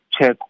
check